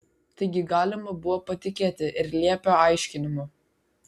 taigi galima buvo patikėti ir liepio aiškinimu